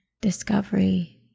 discovery